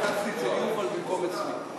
ההצעה להעביר את הצעת חוק מס ערך מוסף